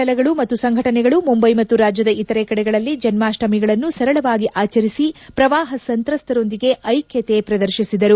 ಹಲವು ದಹಿ ಹಂಡಿ ಮಂಡಲಗಳು ಮತ್ತು ಸಂಘಟನೆಗಳು ಮುಂಬೈ ಮತ್ತು ರಾಜ್ಲದ ಇತರೆ ಕಡೆಗಳಲ್ಲಿ ಜನ್ನಾಷ್ಲಮಿಗಳನ್ನು ಸರಳವಾಗಿ ಆಚರಿಸಿ ಪ್ರವಾಹ ಸಂತ್ರಸ್ತರೊಂದಿಗೆ ಐಕ್ಕತೆ ಪ್ರದರ್ಶಿಸಿದರು